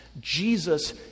Jesus